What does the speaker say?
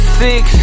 six